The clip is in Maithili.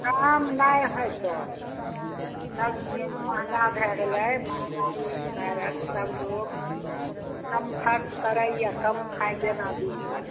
कम नहि होएतो सब चीज महगा भए गेलै महगाइ कारण सब लोग कम खर्च करैया कम खाइ जेना दिन का